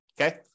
Okay